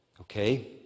okay